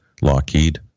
Lockheed